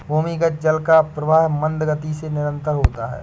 भूमिगत जल का प्रवाह मन्द गति से निरन्तर होता है